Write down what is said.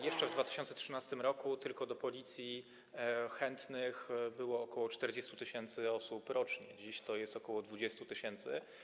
Jeszcze w 2013 r. tylko do pracy w Policji chętnych było ok. 40 tys. osób rocznie, dziś to jest ok. 20 tys.